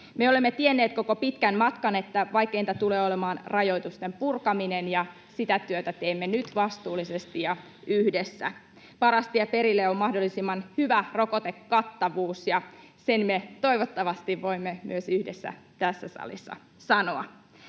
Me olemme tienneet koko pitkän matkan, että vaikeinta tulee olemaan rajoitusten purkaminen, ja sitä työtä teemme nyt vastuullisesti ja yhdessä. Paras tie perille on mahdollisimman hyvä rokotekattavuus, ja sen me toivottavasti voimme myös yhdessä tässä salissa sanoa.